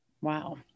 Wow